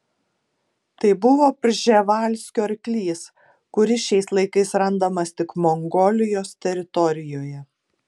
tai buvo prževalskio arklys kuris šiais laikais randamas tik mongolijos teritorijoje